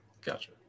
gotcha